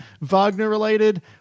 Wagner-related